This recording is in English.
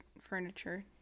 furniture